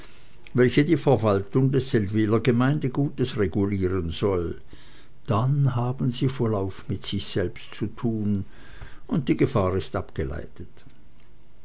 welche die verwaltung des seldwyler gemeindegutes regulieren soll dann haben sie vollauf mit sich selbst zu tun und die gefahr ist abgeleitet